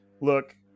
look